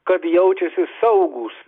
kad jaučiasi saugūs